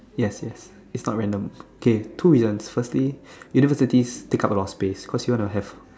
yes yes it's not random kay two reasons firstly universities take up a lot of space cause you wanna have